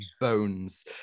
bones